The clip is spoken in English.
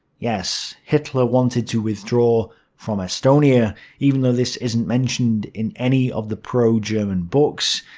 yes, hitler wanted to withdraw from estonia even though this isn't mentioned in any of the pro-german books,